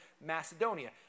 Macedonia